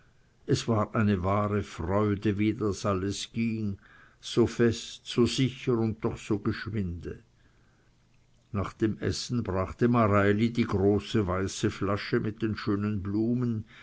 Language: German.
es war eine wahre freude wie das alles ging so fest so sicher und doch so geschwinde nach dem essen brachte mareili die große weiße flasche mit den schönen blumen